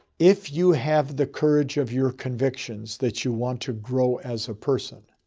if you have the courage of your convictions that you want to grow as a person,